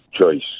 choice